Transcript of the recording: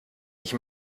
ich